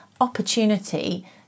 opportunity